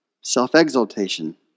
self-exaltation